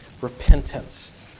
repentance